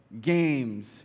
Games